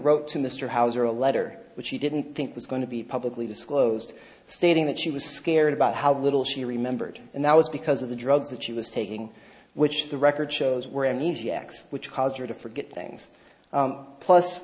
wrote to mr hauser a letter which he didn't think was going to be publicly disclosed stating that she was scared about how little she remembered and that was because of the drugs that she was taking which the record shows were amnesiacs which caused her to forget things plus